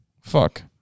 Fuck